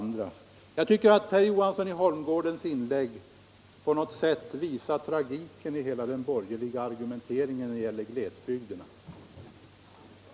Jag tycker att herr Johanssons i Holmgården inlägg på något sätt visar taktiken i hela den borgerliga argumenteringen när det gäller glesbygderna.